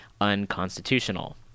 unconstitutional